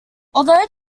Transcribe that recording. although